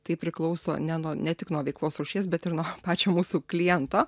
tai priklauso ne nuo ne tik nuo veiklos rūšies bet ir nuo pačio mūsų kliento